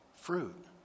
Fruit